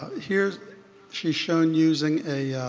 here she's shown using a